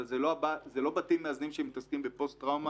אבל זה לא בתים מאזנים שמתעסקים בפוסט-טראומה מוגדרת.